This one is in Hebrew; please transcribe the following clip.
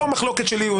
כאן המחלוקת שלי.